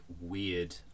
weird